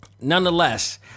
nonetheless